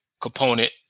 component